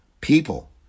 people